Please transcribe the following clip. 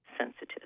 sensitive